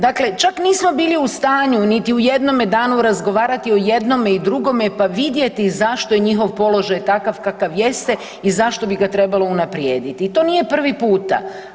Dakle, čak nismo bili u stanju niti u jednome danu razgovarati o jednome i drugome pa vidjeti zašto je njihov položaj takav kakav jeste i zašto bi ga trebalo unaprijediti i to nije prvi puta.